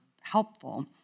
helpful